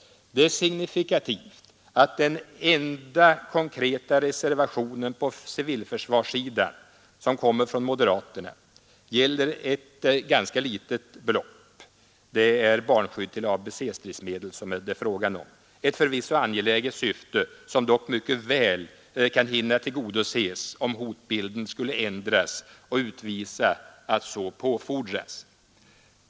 Det är signifikativt att den enda konkreta reservationen på civilförsvarssidan, som kommer från moderaterna, gäller ett mindre belopp, till barnskydd mot ABC-stridsmedel — ett förvisso angeläget syfte som dock mycket väl kan hinna tillgodoses om hotbilden skulle ändras och utvisa att så påfordras.